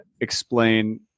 explain